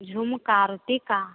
झुमका और टीका